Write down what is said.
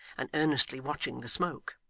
and earnestly watching the smoke.